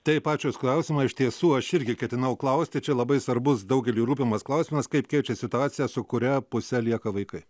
taip ačiū už klausimą iš tiesų aš irgi ketinau klausti čia labai svarbus daugeliui rūpimas klausimas kaip keičia situaciją su kuria puse lieka vaikai